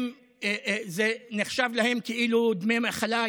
שזה נחשב להם כאילו דמי מחלה,